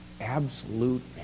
absolute